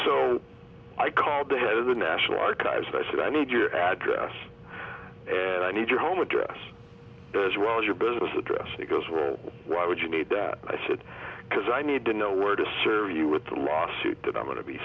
so i called the head of the national archives and i said i need your address and i need your home address as well as your business address because will why would you need that i said because i need to know where to serve you with a lawsuit that i'm going to be